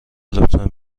لطفا